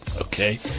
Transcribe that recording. Okay